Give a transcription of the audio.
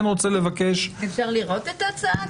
אפשר לראות את ההצעה?